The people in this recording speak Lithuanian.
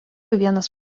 vienas